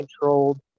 controlled